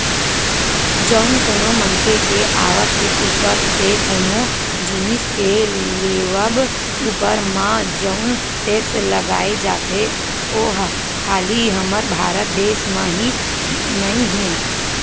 जउन कोनो मनखे के आवक के ऊपर ते कोनो जिनिस के लेवब ऊपर म जउन टेक्स लगाए जाथे ओहा खाली हमर भारत देस म ही नइ हे